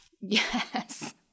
Yes